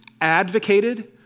advocated